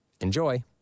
Enjoy